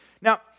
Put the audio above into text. Now